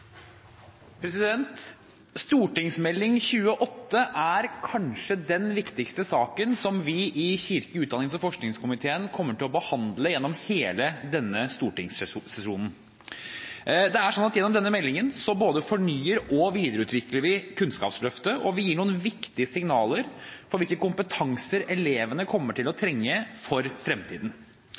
kanskje den viktigste saken som vi i kirke-, utdannings- og forskningskomiteen kommer til å behandle gjennom hele denne stortingssesjonen. Gjennom denne meldingen både fornyer og videreutvikler vi Kunnskapsløftet, og vi gir noen viktige signaler om hvilke kompetanser elevene kommer til å trenge for fremtiden.